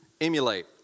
emulate